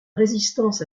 résistance